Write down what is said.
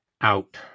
out